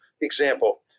Example